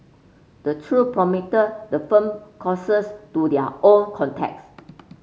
the trio promoted the firm courses to their own contacts